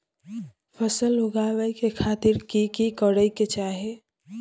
फसल उगाबै के खातिर की की करै के चाही?